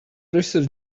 research